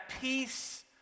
peace